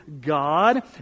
God